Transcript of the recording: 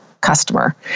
customer